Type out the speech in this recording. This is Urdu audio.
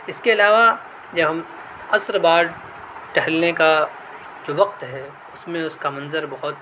اس کے علاوہ جب ہم عصر بعد ٹہلنے کا جو وقت ہے اس میں اس کا منظر بہت